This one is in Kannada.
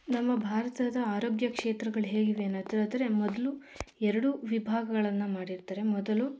ನಮ್ಮ ಭಾರತದ ಆರೋಗ್ಯ ಕ್ಷೇತ್ರಗಳು ಹೇಗಿವೆ ಅನ್ನೊದಾದರೆ ಮೊದಲು ಎರಡು ವಿಭಾಗಗಳನು ಮಾಡಿರ್ತಾರೆ ಮೊದಲು